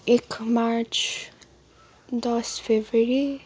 एक मार्च दस फेब्रुअरी